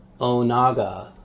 Onaga